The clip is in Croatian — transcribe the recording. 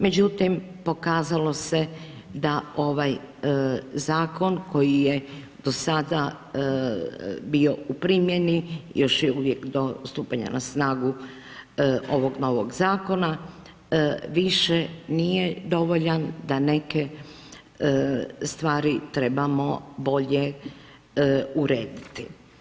Međutim, pokazalo se da ovaj zakon koji je do sada bio u primjeni, još je uvijek do stupanja na snagu ovog novog zakona, više nije dovoljan da neke stvari trebamo bolje urediti.